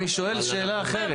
אני שואל שאלה אחרת.